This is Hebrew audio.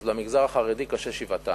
אז למגזר החרדי קשה שבעתיים,